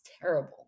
terrible